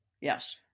Yes